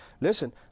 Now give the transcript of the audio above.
listen